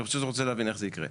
אני פשוט רוצה להבין איך זה יקרה,